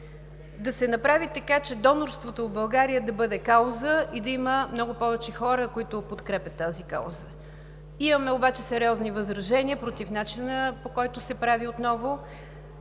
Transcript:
да се направи така, че донорството в България да бъде кауза и да има много повече хора, които подкрепят тази кауза. Имаме обаче сериозни възражения против начина, по който се прави отново.